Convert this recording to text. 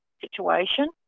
situation